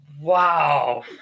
Wow